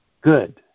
Good